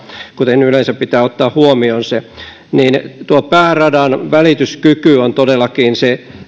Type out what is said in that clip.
kuten se yleensä pitää ottaa huomioon niin tuo pääradan välityskyky on todellakin se